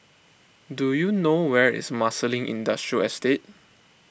do you know where is Marsiling Industrial Estate